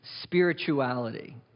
spirituality